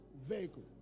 vehicle